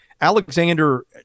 Alexander